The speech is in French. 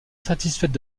satisfaite